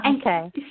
Okay